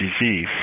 disease